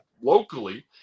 locally